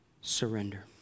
surrender